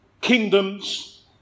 kingdoms